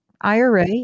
IRA